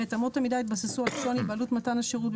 אמות המידה יתבססו על השוני בעלות מתן השירות,